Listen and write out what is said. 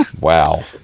Wow